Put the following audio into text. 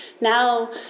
now